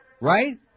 Right